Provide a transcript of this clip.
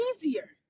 easier